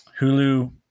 Hulu